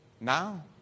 Now